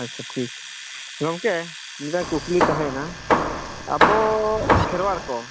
ᱟᱪᱪᱷᱟ ᱴᱷᱤᱠ ᱜᱚᱢᱠᱮ ᱢᱤᱫᱴᱟᱝ ᱠᱩᱠᱞᱤ ᱛᱟᱦᱮᱸᱭᱮᱱᱟ ᱟᱵᱚ ᱠᱷᱮᱨᱣᱟᱲ ᱠᱚ